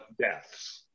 deaths